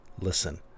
listen